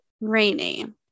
rainy